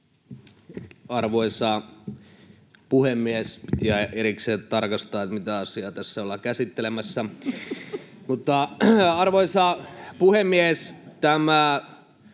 Arvoisa puhemies! Täytyy erikseen tarkastaa, mitä asiaa tässä ollaan käsittelemässä. Arvoisa puhemies!